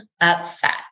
upset